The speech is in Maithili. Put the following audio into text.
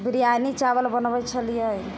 बिरआनी चावल बनबै छलिए